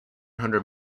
hundred